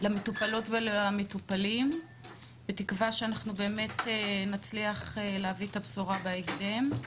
כולי תקווה שנצליח להביא את הבשורה בהקדם.